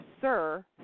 Sir